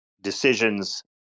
decisions